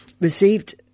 received